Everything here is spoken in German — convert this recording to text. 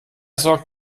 sorgt